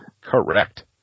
Correct